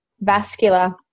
vascular